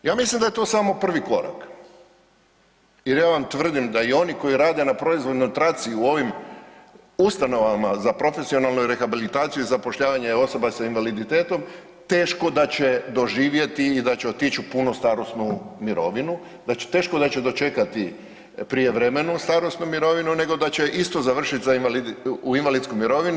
Ja mislim da je to samo prvi korak, jer ja vam tvrdim da i oni koji rade na proizvodnoj traci u ovim ustanovama za profesionalnu rehabilitaciju i zapošljavanje osoba sa invaliditetom teško da će doživjeti i da će otići u punu starosnu mirovinu, da teško da će dočekati prijevremenu starosnu mirovinu nego da će isto završiti u invalidskoj mirovini.